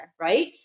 Right